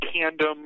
tandem